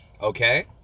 Okay